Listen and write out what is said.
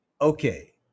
Okay